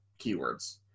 keywords